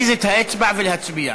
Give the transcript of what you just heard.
2014,